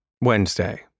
Wednesday